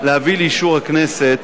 להביא לאישור הכנסת